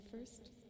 first